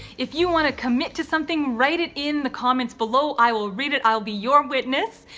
if you want to commit to something write it in the comments below. i will read it. i'll be your witness.